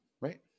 Right